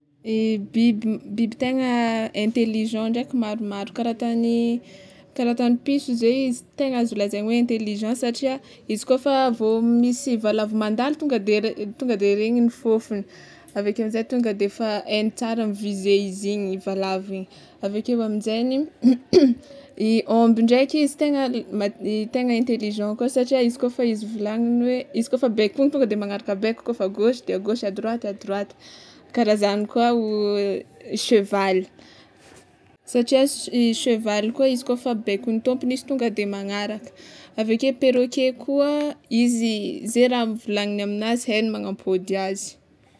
E biby biby tegna intelligent ndraiky maromaro kara ataony kara ataon'ny piso zany izy tegna azo lazaina hoe intelligent satria izy koa fa vao misy valavo mandalo, tonga de tonga de regniny ny fôfony de tonga de haigny tsara mivise izy igny valavo igny aveke amizegny i ômby ndraiky izy tegna tegna intelligent koa satria kôfa fa izy volagniny hoe, izy kôfa baikony de magnaraka baiko kôfa a gauche de a gauche a droite a droite karaha zagny koa sevaly satria sevaly koa izy koa fa baikon'ny tômpony izy tonga de magnaraka, aveke perroquet koa, izy ze raha volagniny aminazy haigny manampôdy azy.